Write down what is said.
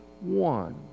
one